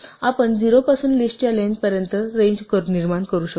आपण 0 पासून लिस्टच्या लेन्थपर्यंत रेंज करू इच्छितो